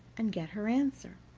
and get her answer.